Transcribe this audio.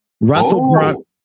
Russell